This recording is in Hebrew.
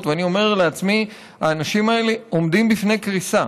ואני אומר לעצמי: האנשים האלה עומדים בפני קריסה,